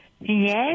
Yes